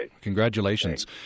Congratulations